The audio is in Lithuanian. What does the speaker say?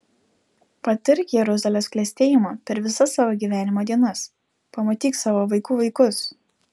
patirk jeruzalės klestėjimą per visas savo gyvenimo dienas pamatyk savo vaikų vaikus